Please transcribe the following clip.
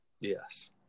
Yes